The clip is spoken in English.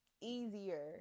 easier